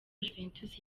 juventus